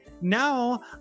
now